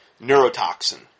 Neurotoxin